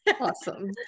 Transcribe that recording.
Awesome